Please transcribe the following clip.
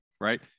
Right